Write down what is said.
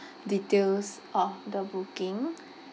details of the booking